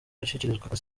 yashyikirizwaga